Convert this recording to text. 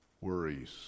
worries